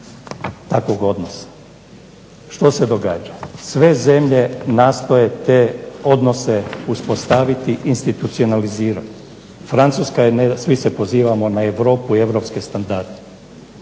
takvog odnosa. Što se događa? Sve zemlje nastoje te odnose uspostaviti, institucionalizirati. Svi se pozivamo na Europu i europske standarde.